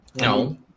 No